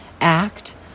Act